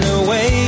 away